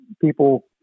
people